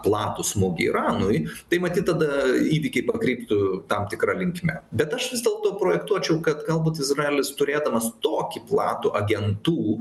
platų smūgį iranui tai matyt tada įvykiai pakryptų tam tikra linkme bet aš vis dėlto projektuočiau kad galbūt izraelis turėdamas tokį platų agentų